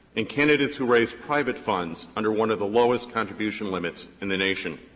and candidates who raise private funds under one of the lowest contribution limits in the nation.